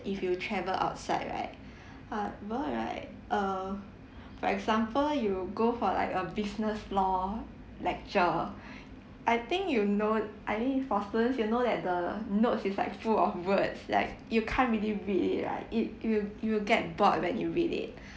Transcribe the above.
if you travel outside right however right uh for example you will go for like a business law lecture I think you know I mean for students you know that the notes is like full of words like you can't really read it right it it will you will get bored when you read it